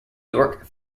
york